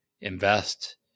invest